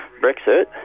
Brexit